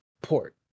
port